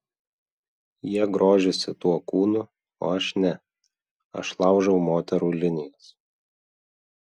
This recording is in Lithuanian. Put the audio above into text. jie grožisi tuo kūnu o aš ne aš laužau moterų linijas